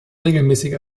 regelmäßig